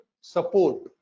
support